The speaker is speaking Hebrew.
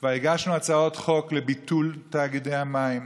כבר הגשנו הצעות חוק לביטול תאגידי המים.